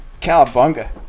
Calabunga